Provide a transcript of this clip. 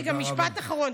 רגע, משפט אחרון.